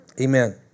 Amen